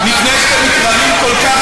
לפני שאתם מתרעמים כל כך,